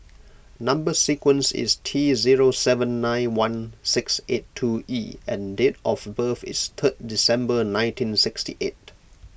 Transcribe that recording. Number Sequence is T zero seven nine one six eight two E and date of birth is third December nineteen sixty eight